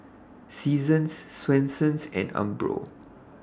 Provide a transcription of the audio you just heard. Seasons Swensens and Umbro